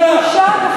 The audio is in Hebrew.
זה ביטול תורה, כך